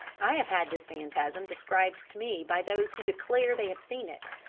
i have had this phantasm described to me, by those who declare they have seen it,